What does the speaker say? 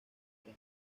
tren